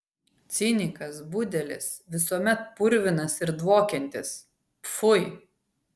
cinikas budelis visuomet purvinas ir dvokiantis pfui